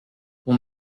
pour